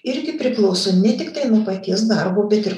irgi priklauso ne tiktai nuo paties darbo bet ir